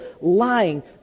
Lying